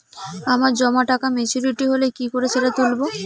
আমার জমা টাকা মেচুউরিটি হলে কি করে সেটা তুলব?